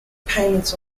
payments